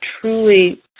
truly